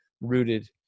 rooted